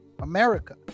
America